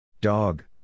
Dog